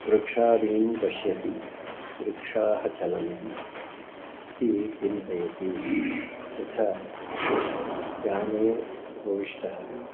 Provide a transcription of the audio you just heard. वृक्षादीनां पश्यति वृक्षाः चलन्ति इति चिन्तयति यथा याने उपविष्टः